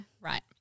Right